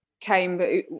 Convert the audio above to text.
came